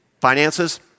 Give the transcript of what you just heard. Finances